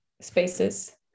spaces